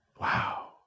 Wow